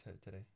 today